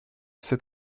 cet